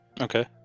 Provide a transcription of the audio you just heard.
Okay